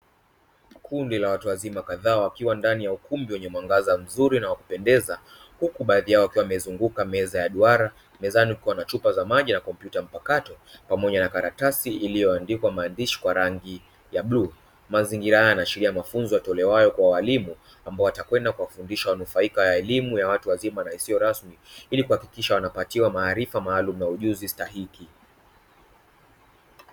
Kundi la watu wazima kadhaa wakiwa ndani ya ukumbi wenye mwangaza mzuri na wakupendeza huku baadhi yao wakiwa wamezunguka meza ya duara, mezani kukiwa na chupa za maji na kompyuta mpakato pamoja na karatasi iliyoandikwa maandishi kwa rangi ya bluu. Mazingira haya yanaashiria mafunzo yatolewayo kwa walimu ambao watakwenda kuwafundisha wanufaika wa elimu ya watu wazima na isiyo rasmi ili kuhakikisha wanapatiwa maarifa maalumu na ujuzi stahiki.